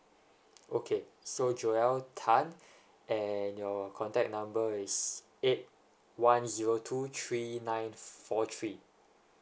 okay so joel tan and your contact number is eight one zero two three nine four three